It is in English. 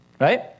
Right